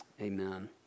Amen